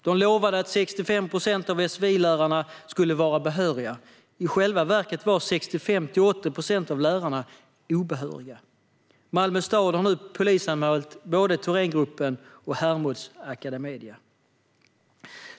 De lovade att 65 procent av sfi-lärarna skulle vara behöriga, men i själva verket var 65-80 procent av lärarna obehöriga. Malmö stad har polisanmält både Astar och Thorengruppen samt Hermods och Academedia.